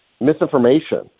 misinformation